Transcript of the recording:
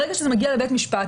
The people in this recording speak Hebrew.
ברגע שזה מגיע לבית משפט,